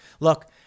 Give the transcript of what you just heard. Look